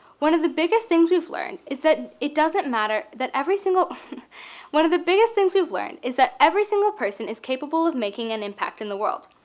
one of the biggest things we've learned is that it doesn't matter that every single one of the biggest things we've learned is that every single person is capable of making an impact in the world.